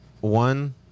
One